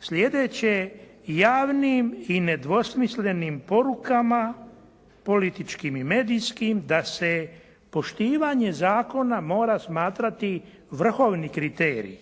Sljedeće, javnim i nedvosmislenim porukama, političkim i medijskim da se poštivanje zakona mora smatrati vrhovni kriterij.